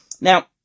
now